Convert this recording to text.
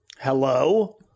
Hello